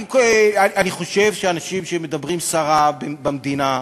אני חושב שאנשים שמדברים סרה במדינה,